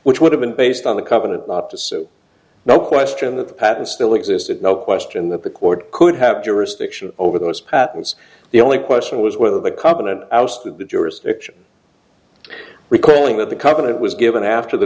which would have been based on the covenant not to so now question that the patent still existed no question that the court could have jurisdiction over those patents the only question was whether the covenant ousted the jurisdiction recalling that the covenant was given after the